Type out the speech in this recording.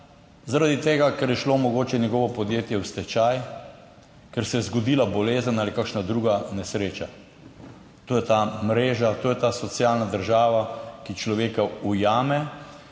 zaradi tega, ker je šlo mogoče njegovo podjetje v stečaj, ker se je zgodila bolezen ali kakšna druga nesreča. To je ta mreža, to je ta socialna država, ki človeka ujame.